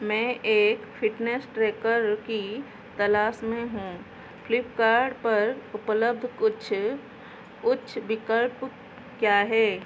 मैं एक fitness tracker की तलाश में हूँ फ्लीपकार्ट पर उपलब्ध कुछ उच्च विकल्प क्या हैं